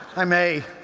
i may.